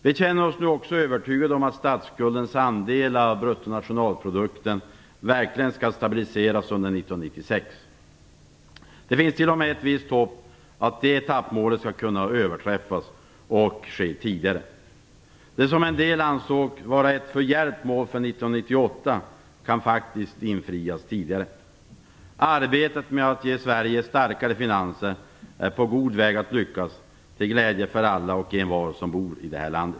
Vi känner oss nu också övertygade om att statsskuldens andel av bruttonationalprodukten verkligen skall stabiliseras under 1996. Det finns t.o.m. ett visst hopp att det etappmålet skall kunna överträffas och nås tidigare. Det som en del ansåg vara ett för djärvt mål för 1998 kan faktiskt infrias tidigare. Arbetet med att ge Sverige starkare finanser är på god väg att lyckas, till glädje för alla och envar som bor i detta land.